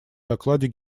докладе